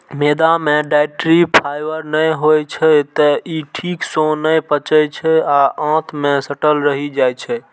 मैदा मे dietary fibre नै होइ छै, तें ई ठीक सं नै पचै छै आ आंत मे सटल रहि जाइ छै